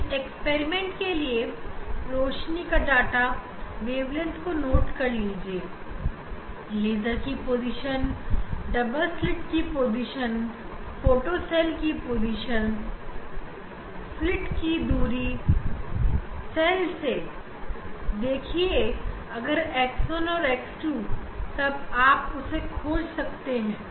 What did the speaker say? इस एक्सपेरिमेंट के लिए रोशनी की डाटा वेवलेंथ को नोट कर लीजिए लेजर की पोजीशन डबल स्लिट की पोजीशन फोटो सेल की पोजीशन स्लिट की दूरी सेल् से देखिए अगर x1 x2 तब आप उसे खोज सकते हैं